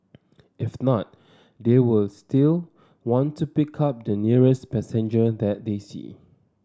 if not they will still want to pick up the nearest passenger that they see